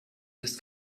this